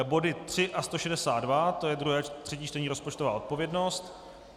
Body 3 a 162, to je druhé a třetí čtení, rozpočtová odpovědnost.